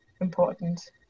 important